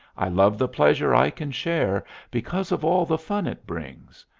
i love the pleasure i can share because of all the fun it brings.